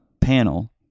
panel